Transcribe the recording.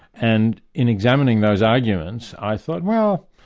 and in examining those arguments, i thought, well,